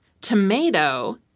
tomato